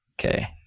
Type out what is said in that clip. Okay